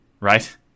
right